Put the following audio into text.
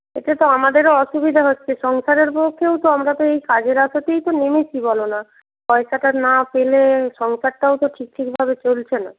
এতে তো আমাদেরও অসুবিধা হচ্ছে সংসারের পক্ষেও তো আমরা তো এই কাজের আশাতেই তো নেমেছি বলো না পয়সাটা না পেলে সংসারটাও তো ঠিক ঠিক ভাবে চলছে না